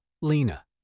Lena